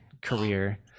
career